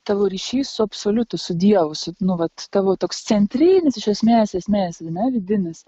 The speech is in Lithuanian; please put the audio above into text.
tavo ryšys su absoliutu su dievu su nu vat tavo toks centrinis iš esmės esmės ar ne vidinis